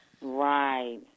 Right